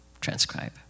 transcribe